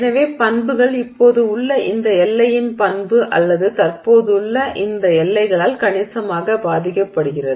எனவே பண்புகள் இப்போது உள்ள இந்த எல்லையின் பண்பு அல்லது தற்போதுள்ள இந்த எல்லைகளால் கணிசமாக பாதிக்கப்படுகிறது